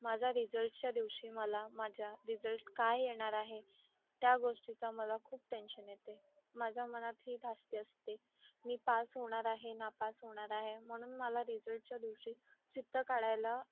माझा रिजल्टच्या दिवशी मला माझ्या रिजल्ट काय येणार आहे त्या गोष्टीचा मला खूप टेंशन येते माझ्या मनात ही धास्ती असते मी पास होणार आहे नापास होणार आहे म्हणून मला रिजल्टच्या दिवशी चित्त काढायला